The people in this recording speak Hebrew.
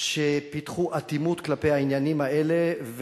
שפיתחו אטימות כלפי העניינים האלה.